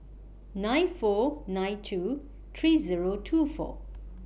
nine four nine two three Zero two four